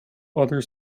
other